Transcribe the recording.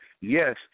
yes